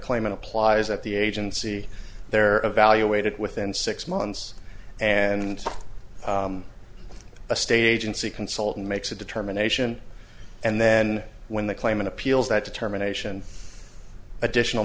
claimant applies at the agency they're evaluated within six months and a state agency consultant makes a determination and then when the claimant appeals that determination additional